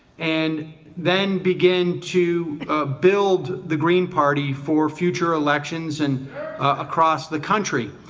and then begin to build the green party for future elections, and across the country.